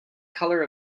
color